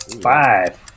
Five